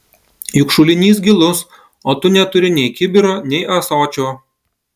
juk šulinys gilus o tu neturi nei kibiro nei ąsočio